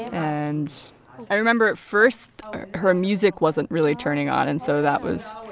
and i remember, at first, her music wasn't really turning on. and so that was